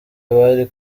abari